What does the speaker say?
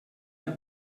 del